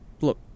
Look